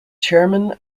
chairman